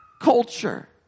Culture